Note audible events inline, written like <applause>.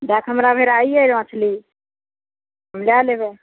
देके हमरा <unintelligible> मछली हम लै लेबै